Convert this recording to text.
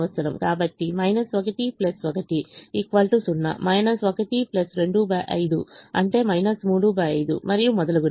కాబట్టి 1 1 0 1 25 అంటే 35 మరియు మొదలగునవి